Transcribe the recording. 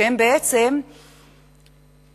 שהם בעצם מתמחים,